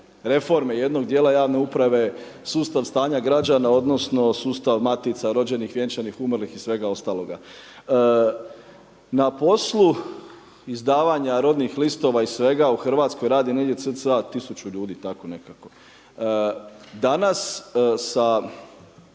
reforme jednog dijela javne uprave sustav stanja građana odnosno sustav matica, rođenih, vjenčanih, umrlih i svega ostaloga. Na poslu izdavanja rodnih listova i svega u Hrvatskoj radi negdje cca tisuću ljudi tako nekako. Danas sa